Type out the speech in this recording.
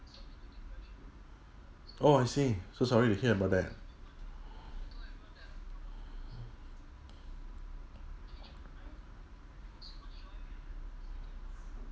oh I see so sorry to hear about that